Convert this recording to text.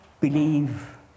believe